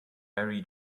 mary